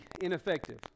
ineffective